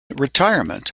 retirement